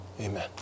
Amen